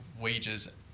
wages